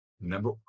number